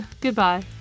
goodbye